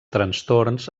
trastorns